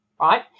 right